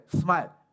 smile